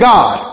God